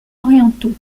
orientaux